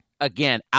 again